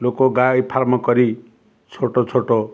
ଲୋକ ଗାଈ ଫାର୍ମ କରି ଛୋଟ ଛୋଟ